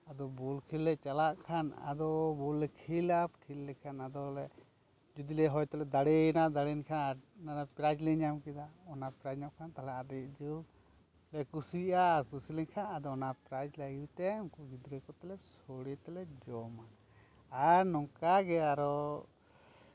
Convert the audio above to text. ᱟᱫᱚ ᱵᱳᱞ ᱠᱷᱮᱞ ᱞᱮ ᱪᱟᱞᱟᱜ ᱠᱷᱟᱱ ᱟᱫᱚ ᱵᱳᱞ ᱞᱮ ᱠᱷᱮᱞᱟ ᱠᱷᱮᱞ ᱞᱮᱠᱷᱟᱱ ᱟᱫᱚ ᱞᱮ ᱡᱩᱫᱤ ᱞᱮ ᱦᱳᱭᱛᱚᱞᱮ ᱫᱟᱲᱮᱭᱮᱱᱟ ᱫᱟᱲᱮᱭᱮᱱ ᱠᱷᱟᱱ ᱟᱫᱚ ᱯᱨᱟᱭᱤᱡ ᱞᱮ ᱧᱟᱢ ᱠᱮᱫᱟ ᱚᱱᱟ ᱯᱨᱟᱭᱤᱡ ᱧᱟᱢ ᱠᱮᱫ ᱠᱷᱟᱱ ᱟᱹᱰᱤ ᱡᱳᱨ ᱞᱮ ᱠᱩᱥᱤᱜᱼᱟ ᱟᱨ ᱠᱩᱥᱤ ᱞᱮᱱᱠᱷᱟᱱ ᱟᱫᱚ ᱚᱱᱟ ᱯᱨᱟᱭᱤᱡ ᱞᱮ ᱟᱹᱜᱩᱭ ᱛᱮ ᱩᱱᱠᱩ ᱜᱤᱫᱽᱨᱟᱹ ᱠᱚᱛᱮ ᱞᱮ ᱥᱚᱲᱮ ᱛᱮᱞᱮ ᱡᱚᱢᱟ ᱟᱨ ᱱᱚᱝᱠᱟ ᱜᱮ ᱟᱨᱚ